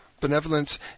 benevolence